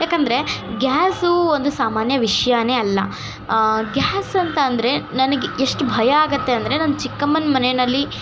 ಯಾಕಂದರೆ ಗ್ಯಾಸು ಒಂದು ಸಾಮಾನ್ಯ ವಿಷಯಾನೇ ಅಲ್ಲ ಗ್ಯಾಸ್ ಅಂತ ಅಂದರೆ ನನಗೆ ಎಷ್ಟು ಭಯ ಆಗುತ್ತೆ ಅಂದರೆ ನನ್ನ ಚಿಕ್ಕಮ್ಮನ ಮನೆಯಲ್ಲಿ